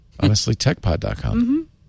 Honestlytechpod.com